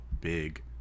big